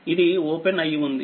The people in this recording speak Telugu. ఇది ఓపెన్ అయ్యి ఉంది